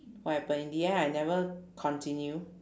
what happen in the end I never continue